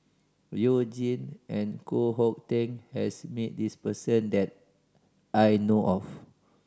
You Jin and Koh Hong Teng has meet this person that I know of